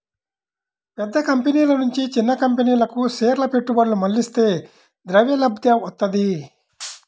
పెద్ద కంపెనీల నుంచి చిన్న కంపెనీలకు షేర్ల పెట్టుబడులు మళ్లిస్తే ద్రవ్యలభ్యత వత్తది